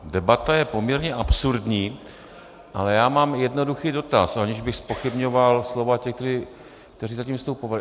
Debata je poměrně absurdní, ale mám jednoduchý dotaz, aniž bych zpochybňoval slova těch, kteří zatím vystupovali.